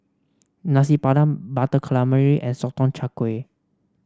Nasi Padang Butter Calamari and Sotong Char Kway